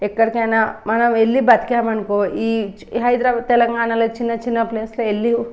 ఎక్కడికైనా మనం వెళ్ళి బతికాం అనుకో ఈ హైదరాబాద్లో తెలంగాణలో చిన్న చిన్న ప్లేస్లో వెళ్ళి